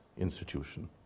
institution